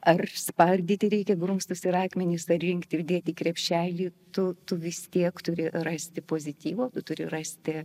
ar spardyti reikia grumstus ir akmenis rinkti ir dėti į krepšelį tu tu vis tiek turi rasti pozityvo turi rasti